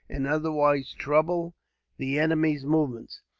and otherwise trouble the enemy's movements.